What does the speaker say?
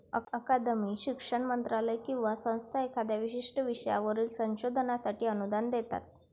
अकादमी, शिक्षण मंत्रालय किंवा संस्था एखाद्या विशिष्ट विषयावरील संशोधनासाठी अनुदान देतात